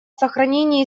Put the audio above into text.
сохранении